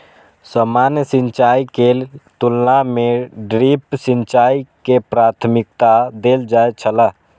सामान्य सिंचाई के तुलना में ड्रिप सिंचाई के प्राथमिकता देल जाय छला